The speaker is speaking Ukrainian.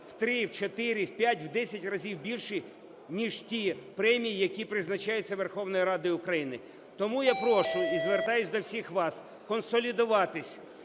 в 3, в 4, в 5, в 10 разів більші, ніж ті премії, які призначаються Верховною Радою України. Тому я прошу і звертаюсь до всіх вас консолідуватись,